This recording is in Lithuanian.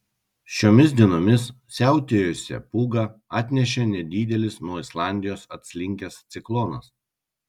šiomis dienomis siautėjusią pūgą atnešė nedidelis nuo islandijos atslinkęs ciklonas